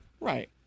Right